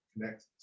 connect